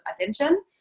attention